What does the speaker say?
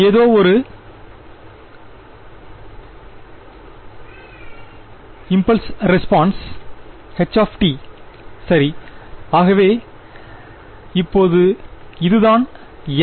ஏதொவொரு impulse response h சரி ஆகவே இப்போது இதுதான் எல்